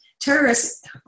Terrorists